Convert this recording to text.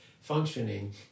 functioning